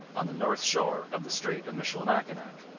on the north shore of the strait of michilimackinac.